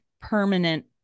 permanent